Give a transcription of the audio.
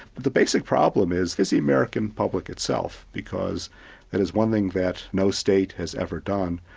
the basic problem is is the american public itself because that is one thing that no state has ever done,